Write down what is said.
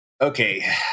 Okay